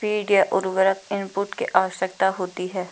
feed या उर्वरक input की आवश्यकता होती है